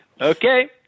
okay